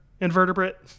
invertebrate